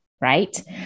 Right